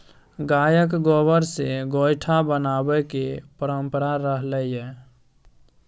गायक गोबर सँ गोयठा बनेबाक परंपरा रहलै यै